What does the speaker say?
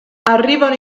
arrivano